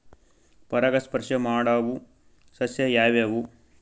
ಪರಾಗಸ್ಪರ್ಶ ಮಾಡಾವು ಸಸ್ಯ ಯಾವ್ಯಾವು?